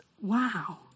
wow